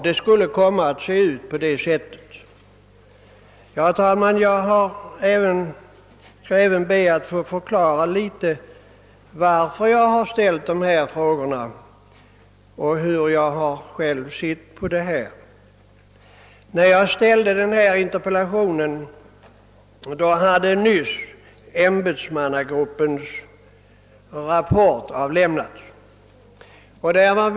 Jag skall även be att något få förklara varför jag ställt mina frågor och hur jag har sett på saken. När jag framställde interpellationen hade ämbetsmannagruppens rapport nyss avlämnats.